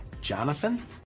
Jonathan